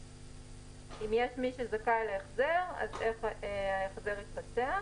אם יש מי שזכאי להחזר אז הפסקה מפרטת איך ההחזר יתבצע.